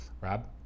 Rob